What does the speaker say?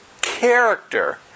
character